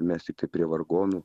mes tiktai prie vargonų